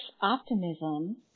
optimism